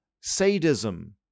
sadism